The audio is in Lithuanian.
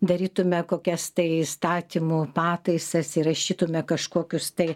darytume kokias tai įstatymų pataisas įrašytume kažkokius tai